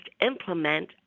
implement